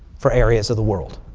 for areas of the world.